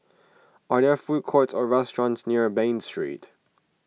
are there food courts or restaurants near Bain Street